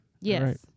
Yes